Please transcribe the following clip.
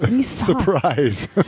Surprise